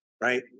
right